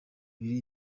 biri